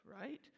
right